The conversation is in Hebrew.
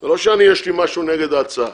זה לא שיש לי משהו נגד ההצעה.